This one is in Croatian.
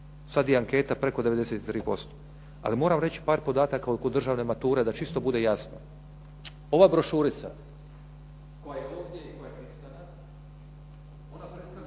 Sada je anketa preko 93%. Ali moram vam reći par podataka oko državne mature da čisto bude jasno. Ova brošurica … /Govornik okrenut od mikrofona./